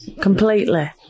completely